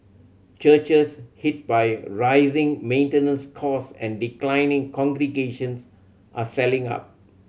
churches hit by rising maintenance cost and declining congregations are selling up